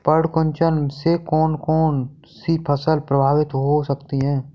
पर्ण कुंचन से कौन कौन सी फसल प्रभावित हो सकती है?